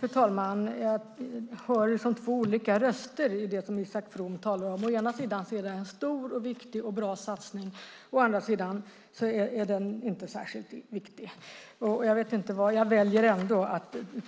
Fru talman! Jag hör två olika röster från Isak From. Å ena sidan är detta en stor, viktig och bra satsning, å andra sidan är den inte särskilt viktig. Jag väljer att